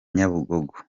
nyabugogo